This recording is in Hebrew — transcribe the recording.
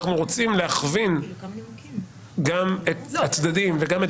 אנחנו רוצים להכווין גם את הצדדים וגם את